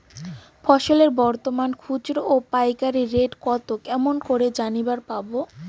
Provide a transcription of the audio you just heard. ফসলের বর্তমান খুচরা ও পাইকারি রেট কতো কেমন করি জানিবার পারবো?